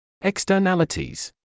Externalities